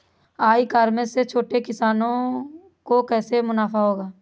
ई commerce से छोटे किसानों को कैसे मुनाफा होगा?